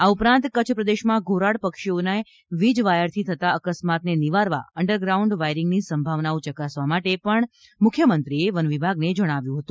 આ ઉપરાંત કચ્છ પ્રદેશમાં ધોરાડ પક્ષીઓને વીજવાયરથી થતા અક્સ્માતને નિવારવા અંડર ગ્રાઉન્ડ વાયરીંગની સંભાવનાઓ યકાસવા માટે પણ મુખ્યમંત્રીએ વનવિભાગને જણાવ્યું છે